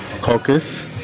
caucus